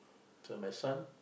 tell my son